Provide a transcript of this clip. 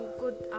good